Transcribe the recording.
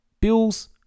Bills